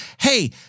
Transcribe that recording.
Hey